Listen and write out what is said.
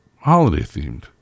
holiday-themed